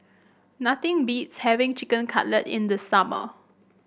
nothing beats having Chicken Cutlet in the summer